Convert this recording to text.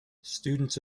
students